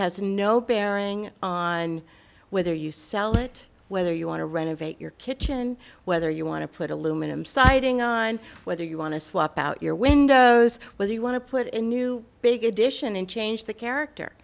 has no bearing on whether you sell it whether you want to renovate your kitchen whether you want to put aluminum siding on whether you want to swap out your windows whether you want to put in new big addition and change the character